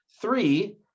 Three